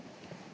Hvala.